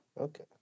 Okay